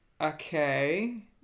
okay